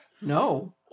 No